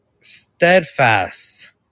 steadfast